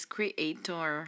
Creator